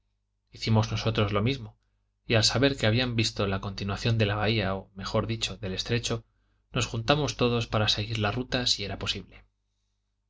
hicimos nosotros lo mismo y al saber que habían visto la continuación de la bahía o mejor dicho del estrecho nos juntamos todos para seguir la ruta si era posible